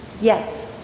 Yes